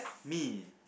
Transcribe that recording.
me